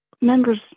members